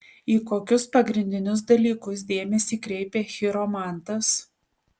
į kokius pagrindinius dalykus dėmesį kreipia chiromantas